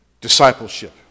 discipleship